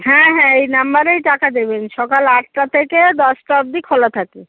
হ্যাঁ হ্যাঁ এই নম্বরেই টাকা দেবেন সকাল আটটা থেকে দশটা অব্দি খোলা থাকে